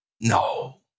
No